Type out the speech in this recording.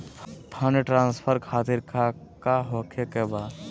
Fund transfer खातिर काका होखे का बा?